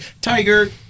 Tiger